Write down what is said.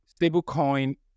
stablecoin